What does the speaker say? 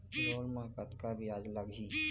Loan म कतका ब्याज लगही?